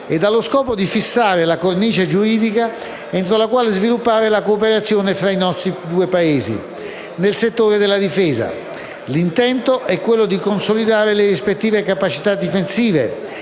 ed ha lo scopo di fissare la cornice giuridica entro la quale sviluppare la cooperazione tra i nostri due Paesi nel settore della difesa. L'intento è quello di consolidare le rispettive capacità difensive,